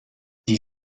die